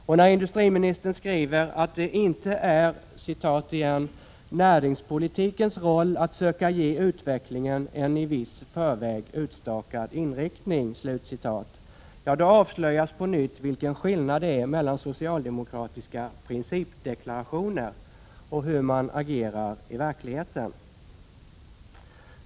Och när industriministern skriver att det inte är ”näringspolitikens roll att söka ge utvecklingen en viss i förväg utstakad inriktning”, ja, då avslöjas på nytt vilken skillnad det är mellan socialdemokratiska principdeklarationer och hur man agerar i verkligheten.